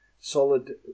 solid